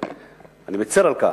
אני מצר על כך.